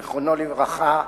זיכרונו לברכה,